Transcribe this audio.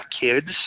kids